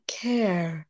care